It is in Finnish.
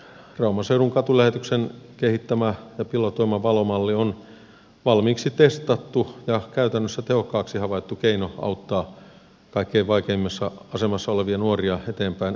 rauman seudun katulähetyksen kehittämä ja pilotoima valo malli on valmiiksi testattu ja käytännössä tehokkaaksi havaittu keino auttaa kaikkein vaikeimmassa asemassa olevia nuoria eteenpäin elämässään